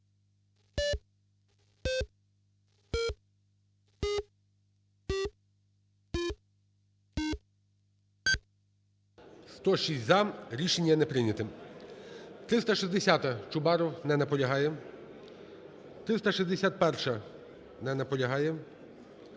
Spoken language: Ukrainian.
106 – за. Рішення не прийняте. 360-а, Чубаров. Не наполягає. 361-а. Не наполягає.